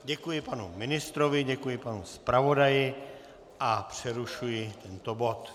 Děkuji panu ministrovi, děkuji panu zpravodaji a přerušuji tento bod.